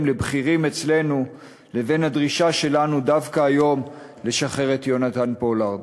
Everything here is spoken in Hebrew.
לבכירים אצלנו לבין הדרישה שלנו דווקא היום לשחרר את יונתן פולארד.